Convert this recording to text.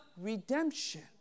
redemption